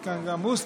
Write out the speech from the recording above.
יש כאן גם מוסלמים.